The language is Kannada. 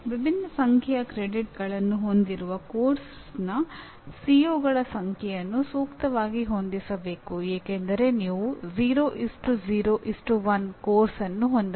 ವಿಭಿನ್ನ ಸಂಖ್ಯೆಯ ಕ್ರೆಡಿಟ್ಗಳನ್ನು ಹೊಂದಿರುವ ಪಠ್ಯಕ್ರಮದ ಸಿಒಗಳ ಸಂಖ್ಯೆಯನ್ನು ಸೂಕ್ತವಾಗಿ ಹೊಂದಿಸಬೇಕು ಏಕೆಂದರೆ ನೀವು 0 0 1 ಪಠ್ಯಕ್ರಮವನ್ನು ಹೊಂದಬಹುದು